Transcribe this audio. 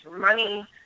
money